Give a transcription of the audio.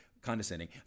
condescending